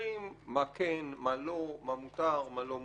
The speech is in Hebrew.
שאומרים מה כן, מה לא, מה מותר, מה לא מותר.